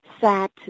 sat